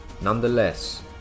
Nonetheless